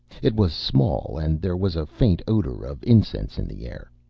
it was small, and there was a faint odor of incense in the air.